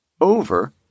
over